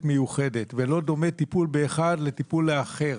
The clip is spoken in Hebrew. מיוחדת ולא דומה טיפול באחד לטיפול באחר.